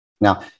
Now